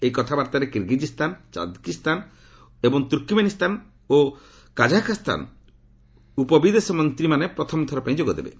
ଏହି କଥାବାର୍ତ୍ତାରେ Kyrgyzstan Tajikistan ଏବଂ ତୁର୍କେମେନିସ୍ଥାନ ଏବଂ କାଜାଗସ୍ଥାନର ଉପବିଦେଶ ମନ୍ତ୍ରୀ ପ୍ରଥମଥର ପାଇଁ ଯୋଗ ଦେବେ